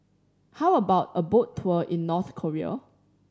how about a boat tour in North Korea